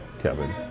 Kevin